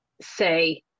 say